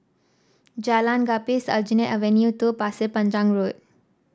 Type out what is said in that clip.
Jalan Gapis Aljunied Avenue Two Pasir Panjang Road